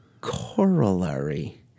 Corollary